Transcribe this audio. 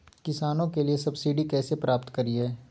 किसानों के लिए सब्सिडी कैसे प्राप्त करिये?